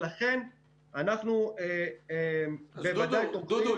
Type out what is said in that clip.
ולכן אנחנו בוודאי תופסים --- דודו,